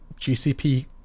GCP